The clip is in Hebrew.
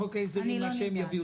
בחוק ההסדרים --- אני לא נרגעת.